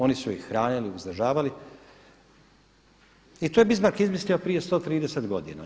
Oni su ih hranili, uzdržavali i to je Bismarck izmislio prije 130 godina.